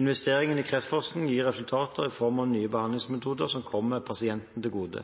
Investeringen i kreftforskning gir resultater i form av nye behandlingsmetoder som kommer pasienten til gode.